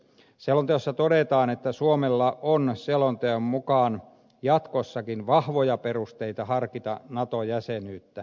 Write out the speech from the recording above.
selonteossa todetaan että suomella on jatkossakin vahvoja perusteita harkita nato jäsenyyttä